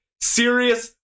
Serious